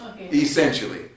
essentially